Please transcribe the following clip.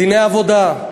דיני עבודה,